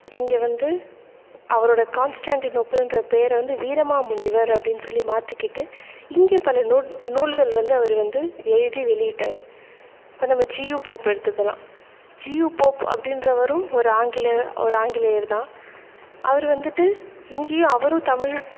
இங்கே வந்து அவரோடய கான்ஸ்டாண்டினோபில்ன்ற பேரை வந்து வீரமாமுனிவர் அப்படின் சொல்லி மாற்றிக்கிட்டு இங்கே பல நூல் நூல்கள் வந்து அவர் வந்து எழுதி வெளியிட்டார் இப்போ நம்ம ஜியு போப்பை எடுத்துக்கலாம் ஜியு போப் அப்படின்றவரும் ஒரு ஆங்கில ஒரு ஆங்கிலேயர்தான் அவர் வந்துட்டு இங்கேயும் அவரும் தமிழ்